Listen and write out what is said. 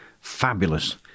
fabulous